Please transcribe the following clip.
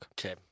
Okay